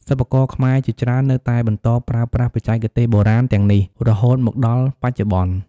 សិប្បករខ្មែរជាច្រើននៅតែបន្តប្រើប្រាស់បច្ចេកទេសបុរាណទាំងនេះរហូតមកដល់បច្ចុប្បន្ន។